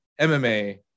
MMA